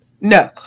No